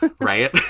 right